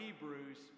Hebrews